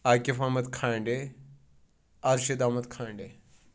Aqif Ahmad Khande Arshid Ahmad Khande